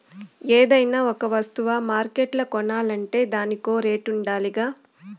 ఏదైనా ఒక వస్తువ మార్కెట్ల కొనాలంటే దానికో రేటుండాలిగా